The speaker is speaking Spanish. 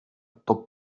estos